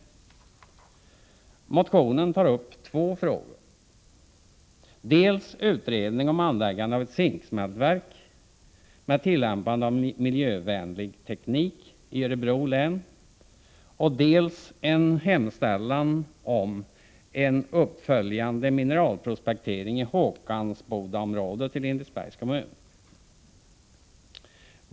I motionen tas upp två frågor, dels utredning om anläggande av ett zinksmältverk, med tillämpande av miljövänlig teknik, i Örebro län, dels en hemställan om en uppföljande metallprospektering i Håkansbodamområdet i Lindesbergs kommun.